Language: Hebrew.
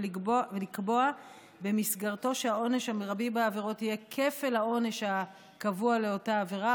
ולקבוע במסגרתו שהעונש המרבי בעבירות יהיה כפל העונש הקבוע לאותה עבירה,